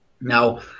Now